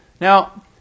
Now